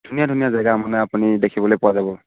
ধুনীয়া ধুনীয়া জেগা মানে আপুনি দেখিবলৈ পোৱা যাব